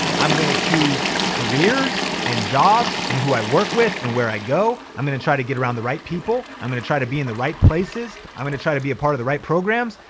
i'm gonna choose careers and jobs and who i work with and where i go. i'm gonna try to get around the right people. i'm gonna try to be in the right places. i'm gonna try to be a part of the right programs.